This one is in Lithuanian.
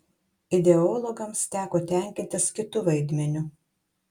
ideologams teko tenkintis kitu vaidmeniu